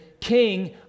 King